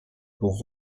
pour